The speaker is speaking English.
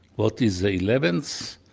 what is the eleventh?